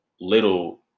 little